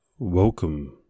Welcome